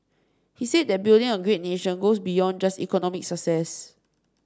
he said that building a great nation goes beyond just economic success